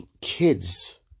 kids